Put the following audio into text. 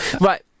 right